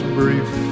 brief